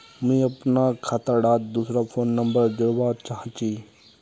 मुई अपना खाता डात दूसरा फोन नंबर जोड़वा चाहची?